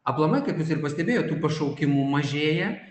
aplamai kaip jūs ir pastebėjot tų pašaukimų mažėja